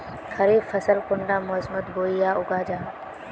खरीफ फसल कुंडा मोसमोत बोई या उगाहा जाहा?